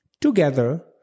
together